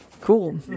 Cool